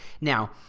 Now